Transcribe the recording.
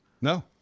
no